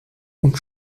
und